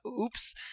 Oops